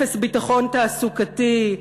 אפס ביטחון תעסוקתי,